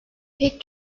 pek